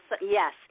Yes